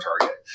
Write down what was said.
target